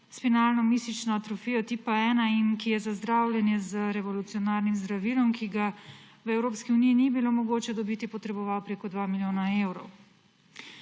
spinalno mišično atrofijo tipa 1 in ki je za zdravljenje z revolucionarnim zdravilom, ki ga v Evropski uniji ni bilo mogoče dobiti, potreboval več kot 2 milijona evrov.